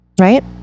Right